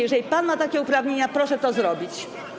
Jeżeli pan ma takie uprawnienia, proszę to zrobić.